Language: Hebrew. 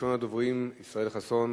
ראשון הדוברים, ישראל חסון.